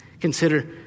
Consider